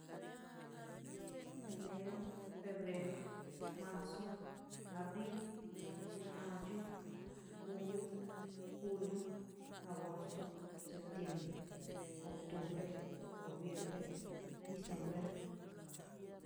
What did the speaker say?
enero febrero marzo abril mayo junio julio agosto semtiembre octubre noviembre diciembre